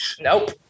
Nope